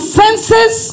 senses